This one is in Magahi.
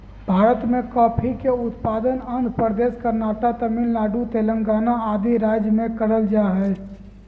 भारत मे कॉफी के उत्पादन आंध्र प्रदेश, कर्नाटक, तमिलनाडु, तेलंगाना आदि राज्य मे करल जा हय